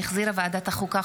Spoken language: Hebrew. שהחזירה ועדת החוקה,